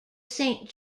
saint